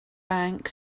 bank